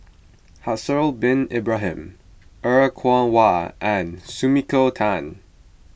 Haslir Bin Ibrahim Er Kwong Wah and Sumiko Tan